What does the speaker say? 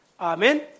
Amen